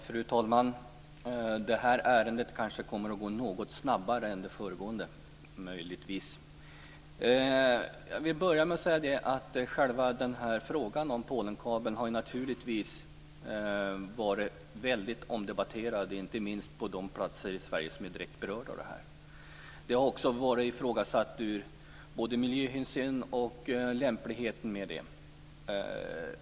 Fru talman! Det här ärendet kommer möjligtvis att gå något snabbare än det föregående. Jag vill börja med att säga att frågan om Polenkabeln naturligtvis har varit väldigt omdebatterad, inte minst på de platser i Sverige som är direkt berörda. Det har också ifrågasatts med tanke på både miljöhänsyn och lämplighet.